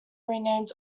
renamed